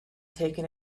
taken